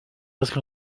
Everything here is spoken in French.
presque